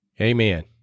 Amen